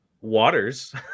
waters